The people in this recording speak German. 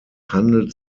handelt